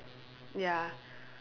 ya